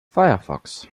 firefox